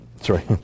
sorry